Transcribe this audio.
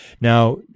Now